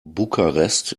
bukarest